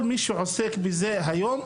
שעוסק בכך היום,